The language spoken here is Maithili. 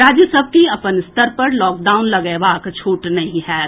राज्य सभ के अपन स्तर पर लॉकडाउन लगएबाक छूट नहि होएत